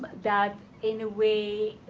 but that, in a way,